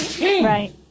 Right